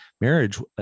marriage